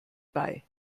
bei